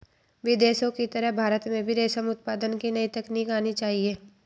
विदेशों की तरह भारत में भी रेशम उत्पादन की नई तकनीक आनी चाहिए